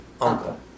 uncle